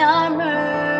armor